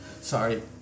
Sorry